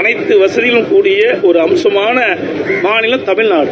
அனைத்து வசதிகளும் கூடிய அம்சமான மாநிலம் தமிழ்நாடு